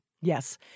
Yes